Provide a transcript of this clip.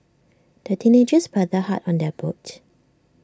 the teenagers paddled hard on their boat